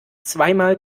zweimal